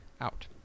out